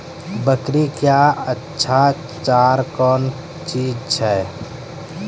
बकरी क्या अच्छा चार कौन चीज छै के?